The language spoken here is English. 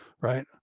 right